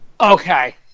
Okay